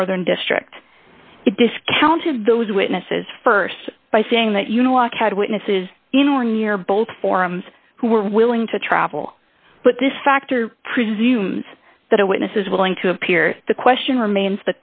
the northern district discounted those witnesses st by saying that you know walk had witnesses in or near both forums who were willing to travel but this factor presumes that a witness is willing to appear the question remains